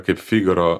kaip figaro